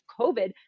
COVID